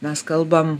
mes kalbam